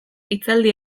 hitzaldi